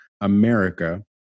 America